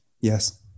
Yes